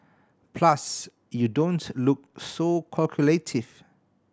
plus you don't look so calculative